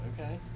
Okay